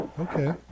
Okay